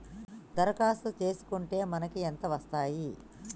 దరఖాస్తు చేస్కుంటే మనకి ఎంత వస్తాయి?